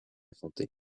santé